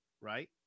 Right